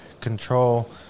control